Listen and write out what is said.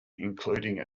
including